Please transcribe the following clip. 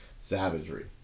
Savagery